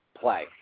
play